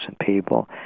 people